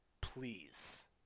please